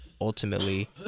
ultimately